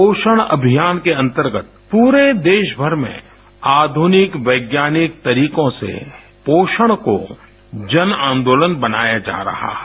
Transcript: पोषण अभियान के अंतर्गत पूरे देशभर में आधुनिक वैज्ञानिक तरीकों से पोषण को जन आन्दोलन बनाया जा रहा है